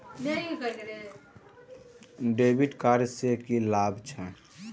डेविट कार्ड से की लाभ छै?